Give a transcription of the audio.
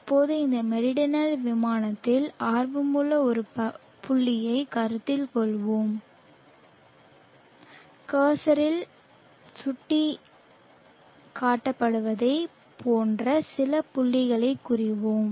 இப்போது இந்த மெரிடனல் விமானத்தில் ஆர்வமுள்ள ஒரு புள்ளியைக் கருத்தில் கொள்வோம் கர்சரில் சுட்டிக்காட்டப்பட்டதைப் போன்ற சில புள்ளிகளைக் கூறுவோம்